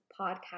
podcast